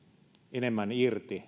enemmän irti